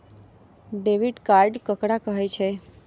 Debit card ककरा कहै छै?